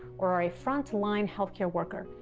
or are a frontline health care worker,